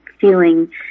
feeling